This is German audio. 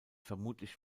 vermutlich